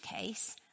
case